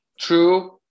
true